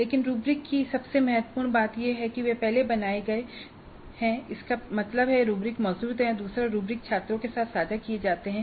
लेकिन रूब्रिक की सबसे महत्वपूर्ण बात यह है कि वे पहले बनाए गए हैं इसका मतलब है रूब्रिक मौजूद हैं और दूसरा रूब्रिक छात्रों के साथ साझा किए जाते हैं